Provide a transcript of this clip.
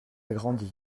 grandi